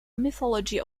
mythology